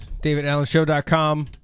DavidAllenShow.com